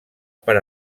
per